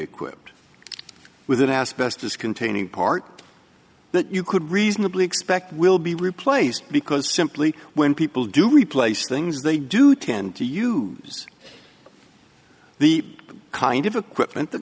equipped with an asbestos containing part that you could reasonably expect will be replaced because simply when people do replace things they do tend to use the kind of equipment that